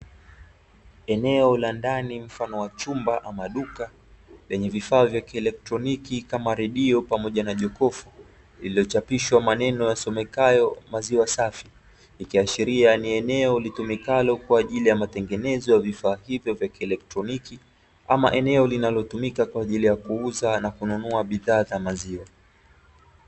Eneo la ndani mfano wa chumba ama duka lenye vifaa vya kieletroniki kama redio pamoja na jokofu, lililochapishwa maneno yasomekayo maziwa safi. Ikiashiria ni eneo litumikalo kwa ajili ya matengenezo ya vifaa hivyo vya kieletroniki, ama eneo linalotumika kwa ajili ya kuuza na kununua bidhaa za maziwa.